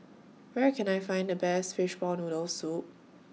Where Can I Find The Best Fishball Noodle Soup